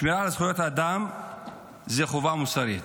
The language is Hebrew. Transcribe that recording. השמירה על זכויות האדם היא חובה מוסרית.